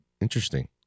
Interesting